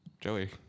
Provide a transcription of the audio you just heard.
Joey